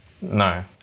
No